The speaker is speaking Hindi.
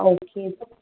अच्छा अ ओके तब